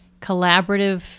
collaborative